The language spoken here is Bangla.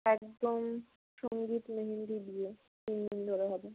একদম সঙ্গীত মেহেন্দি বিয়ে তিন দিন ধরে হবে